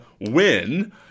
win